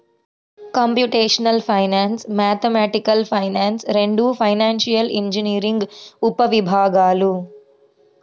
computational finance, mathematical finance రెండూ financial engineering ఉపవిభాగాలు